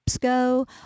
Go